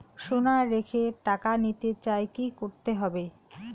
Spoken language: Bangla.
সোনা রেখে টাকা নিতে চাই কি করতে হবে?